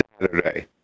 Saturday